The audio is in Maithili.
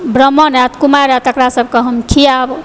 ब्राम्हण आयत कुमारि आयत तकरा सबके हम खिआयब